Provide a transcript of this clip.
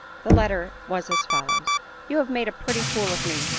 the letter was as follows you have made a pretty fool of me,